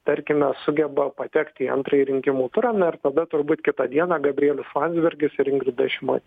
tarkime sugeba patekt į antrąjį rinkimų turą na ir tada turbūt kitą dieną gabrielius landsbergis ir ingrida šimo